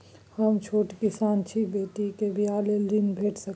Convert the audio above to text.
हम छोट किसान छी, बेटी के बियाह लेल ऋण भेट सकै ये?